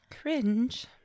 Cringe